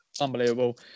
unbelievable